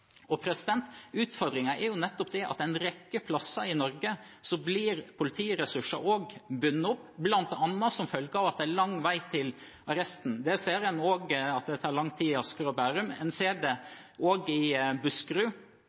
at på en rekke steder i Norge blir politiressursene bundet opp, bl.a. som følge av lang vei til arresten. En ser også at det tar lang tid i Asker og Bærum, og en ser det i Buskerud.